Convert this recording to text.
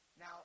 Now